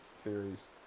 theories